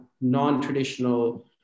non-traditional